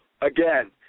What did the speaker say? again